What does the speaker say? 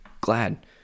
glad